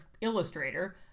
illustrator